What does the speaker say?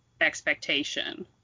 expectation